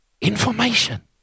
Information